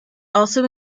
also